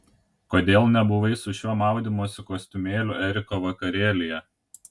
kodėl nebuvai su šiuo maudymosi kostiumėliu eriko vakarėlyje